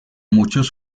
muchos